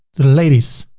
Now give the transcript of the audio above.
the ladies,